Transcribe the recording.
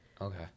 Okay